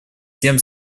всем